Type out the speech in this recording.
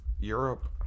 Europe